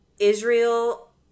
Israel